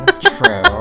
true